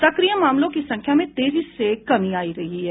सक्रिय मामलों की संख्या में तेजी से कमी हो रही है